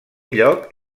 lloc